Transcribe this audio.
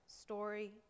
story